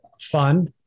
fun